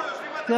אז אתה